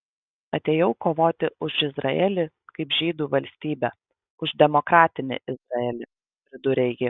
atėjau kovoti už izraelį kaip žydų valstybę už demokratinį izraelį pridūrė ji